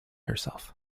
herself